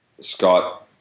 scott